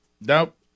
Nope